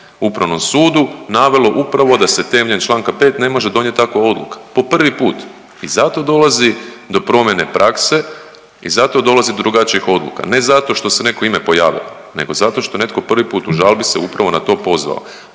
Upravnom sudu navelo upravo da se temeljem čl. 5. ne može donijeti takva odluka, po prvi put. I zato dolazi do promjene prakse i zato dolazi do drugačijih odluka, ne zato što se neko ime pojavilo nego zato što netko prvi put u žalbi se upravo na to pozvao,